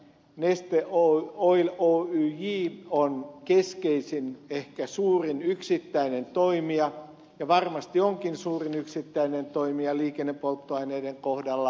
neste oil oyj on keskeisin ehkä suurin yksittäinen toimija ja varmasti onkin suurin yksittäinen toimija liikennepolttoaineiden kohdalla